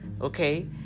Okay